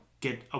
get